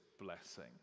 blessing